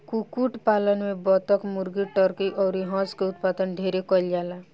कुक्कुट पालन में बतक, मुर्गी, टर्की अउर हंस के उत्पादन ढेरे कईल जाला